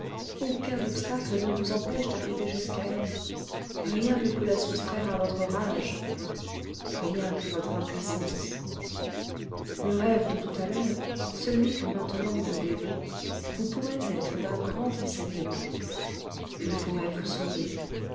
aucun obstacle ne vous empêche d'arriver jusqu'à elle rien ne peut la soustraire à votre rage rien que votre impuissance le rêve de tout à l'heure celui que maintenant vous rêvez vous pourraient être d'un grand enseignement ils pourraient vous sauver